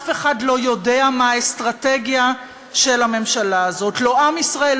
אף אחד לא יודע מה האסטרטגיה של הממשלה הזאת: לא עם ישראל,